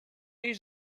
jej